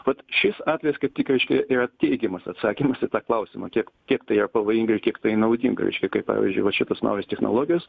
vat šis atvejis kaip tik reiškia yra teigiamas atsakymas į tą klausimą kiek kiek tai yra pavojinga ir kiek tai naudinga reiškia kaip pavyzdžiui va šitos naujos technologijos